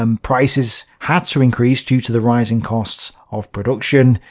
um prices had to increase due to the rising costs of production,